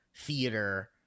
theater